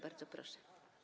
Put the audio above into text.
Bardzo proszę.